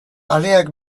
aleak